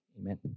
Amen